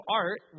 art